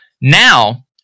Now